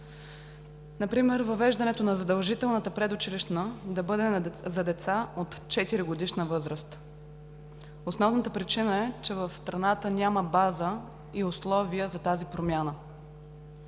Например въвеждането на задължителната предучилищна да бъде за деца от 4-годишна възраст. Основната причина е, че в страната няма база и условия за тази промяна.